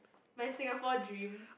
my Singapore dream